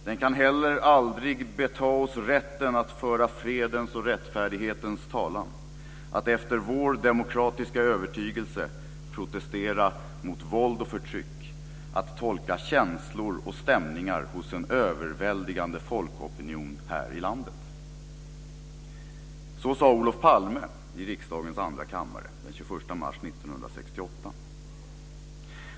Den kan aldrig beta oss rätten att föra fredens och rättfärdighetens talan, att efter vår demokratiska övertygelse protestera mot våld och förtryck, att tolka känslor och stämningar hos en överväldigande folkopinion här i landet." Så sade Olof Palme i riksdagens andra kammare den 21 mars 1968.